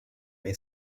may